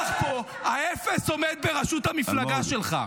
האפס עומד בראשות המפלגה שלך.